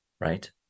right